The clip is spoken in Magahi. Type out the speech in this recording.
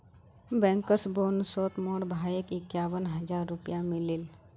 बैंकर्स बोनसोत मोर भाईक इक्यावन हज़ार रुपया मिलील